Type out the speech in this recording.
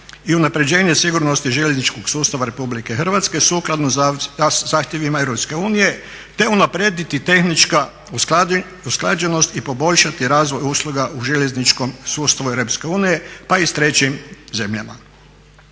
i unapređenje sigurnosti željezničkog sustava RH sukladno zahtjevima EU te unaprijediti tehnička usklađenost i poboljšati razvoj usluga u željezničkom sustavu EU pa i s trećim zemljama.